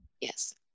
Yes